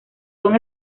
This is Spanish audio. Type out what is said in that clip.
son